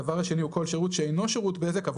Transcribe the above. הדבר השני הוא כל שירות שאינו שירות בזק אבל